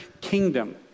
kingdom